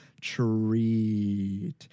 TREAT